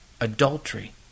adultery